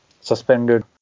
suspended